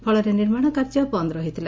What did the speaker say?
ଫଳରେ ନିର୍ମାଶ କାର୍ଯ୍ୟ ବନ୍ଦ ରହିଥିଲା